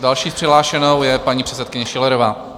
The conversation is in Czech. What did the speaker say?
Další přihlášenou je paní předsedkyně Schillerová.